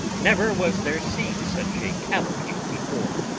never was there seen such a cavalcade before.